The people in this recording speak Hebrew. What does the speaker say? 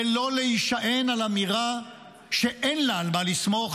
ולא להישען על אמירה שאין לה על מה לסמוך,